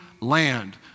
land